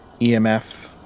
EMF